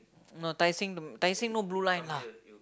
no Tai-Seng the Tai-Seng no blue line lah